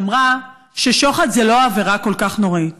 שאמרה ששוחד זו לא עבירה כל כך נוראית.